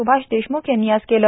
स्भाष देशम्ख यांनी आज केले